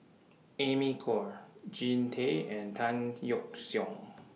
Amy Khor Jean Tay and Tan Yeok Seong